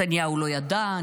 נתניהו לא ידע,